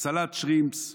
סלט שרימפס,